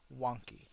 wonky